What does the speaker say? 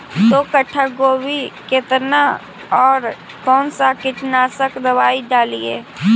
दो कट्ठा गोभी केतना और कौन सा कीटनाशक दवाई डालिए?